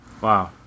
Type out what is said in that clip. wow